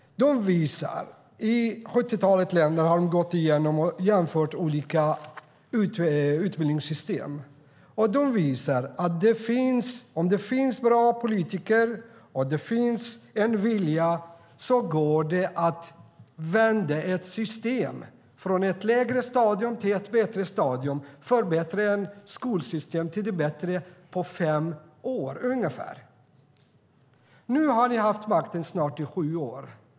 I 70-talet länder har de jämfört olika utbildningssystem. De visar att om det finns bra politiker och en vilja går det att vända ett system från ett lägre stadium till ett bättre stadium, från ett sämre skolsystem till ett bättre på fem år ungefär. Nu har ni haft makten i snart sju år.